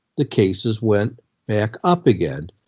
the cases went back up again.